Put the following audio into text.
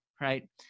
right